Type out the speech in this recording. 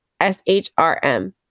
SHRM